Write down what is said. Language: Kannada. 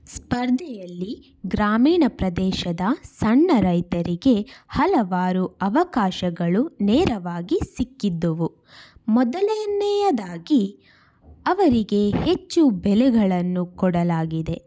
ಸ್ಪರ್ಧೆಯಲ್ಲಿ ಗ್ರಾಮೀಣ ಪ್ರದೇಶದ ಸಣ್ಣ ರೈತರಿಗೆ ಹಲವಾರು ಅವಕಾಶಗಳು ನೇರವಾಗಿ ಸಿಕ್ಕಿದ್ದವು ಮೊದಲನೆಯದಾಗಿ ಅವರಿಗೆ ಹೆಚ್ಚು ಬೆಲೆಗಳನ್ನು ಕೊಡಲಾಗಿದೆ